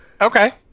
Okay